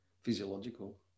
physiological